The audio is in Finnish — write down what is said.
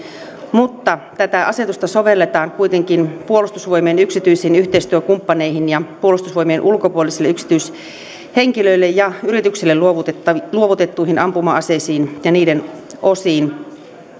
mutta tätä asetusta sovelletaan kuitenkin puolustusvoimien yksityisiin yhteistyökumppaneihin ja puolustusvoimien ulkopuolisille yksityishenkilöille ja yrityksille luovutettuihin luovutettuihin ampuma aseisiin ja niiden osiin